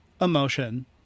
emotion